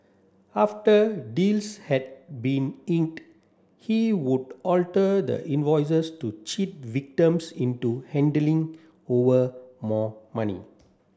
after deals had been inked he would alter the invoices to cheat victims into handling over more money